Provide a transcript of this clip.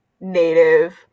native